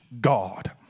God